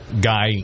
guy